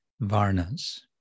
varnas